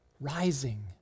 rising